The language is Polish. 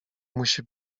musi